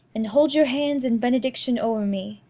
and hold your hands in benediction o'er me.